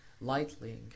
lightly